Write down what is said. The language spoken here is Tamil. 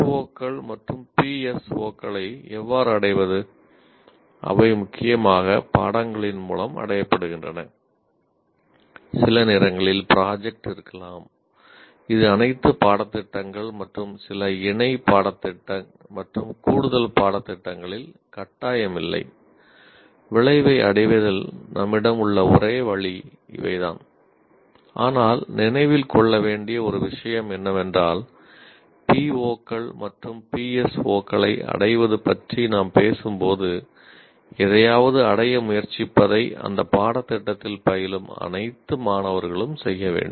ஓ க்களை அடைவது பற்றி நாம் பேசும்போது எதையாவது அடைய முயற்சிப்பதை அந்தத் பாடதிட்டத்தில் பயிலும் அனைத்து மாணவர்களும் செய்ய வேண்டும்